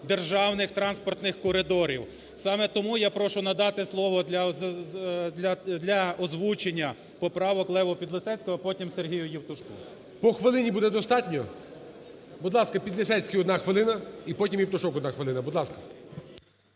державних транспортних коридорів. Саме тому я прошу надати слово для озвучення поправок Леву Підлісецькому, а потім Сергію Євтушку. ГОЛОВУЮЧИЙ. По хвилині буде достатньо? Будь ласка, Підлісецький 1 хвилина і потім Євтушок – 1 хвилина. Будь ласка.